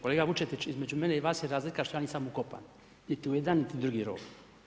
Kolega Vučetić, između mene i vas je razlika što ja nisam ukopan niti u jedan niti u drugi rov.